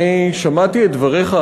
שמעתי את דבריך,